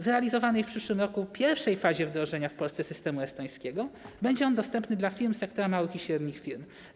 W realizowanej w przyszłym roku pierwszej fazie wdrożenia w Polsce systemu estońskiego będzie on dostępny dla firm sektora małych i średnich przedsiębiorstw.